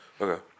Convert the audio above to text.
Okay